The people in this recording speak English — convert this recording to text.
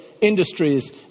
industries